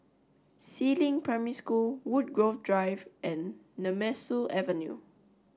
Si Ling Primary School Woodgrove Drive and Nemesu Avenue